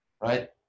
right